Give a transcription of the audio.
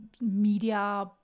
media